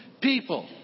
people